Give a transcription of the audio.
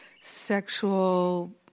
sexual